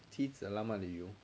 妻子浪漫旅游 ah